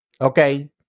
Okay